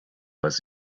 was